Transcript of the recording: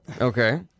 Okay